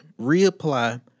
reapply